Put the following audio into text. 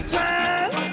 time